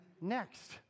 next